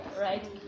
right